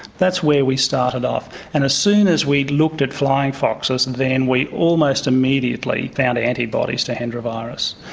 that's where we started off and as soon as we looked at flying foxes and then we almost immediately found antibodies to hendra virus.